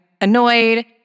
annoyed